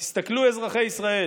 תסתכלו, אזרחי ישראל,